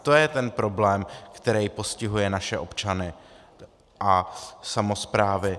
To je ten problém, který postihuje naše občany a samosprávy.